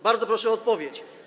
Bardzo proszę o odpowiedź.